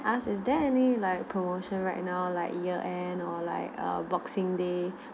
ask is there any like promotion right now like year end or like err boxing day